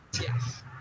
Yes